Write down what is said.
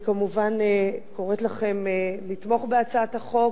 אני כמובן קוראת לכם לתמוך בהצעת החוק,